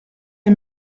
les